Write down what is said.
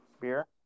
Beer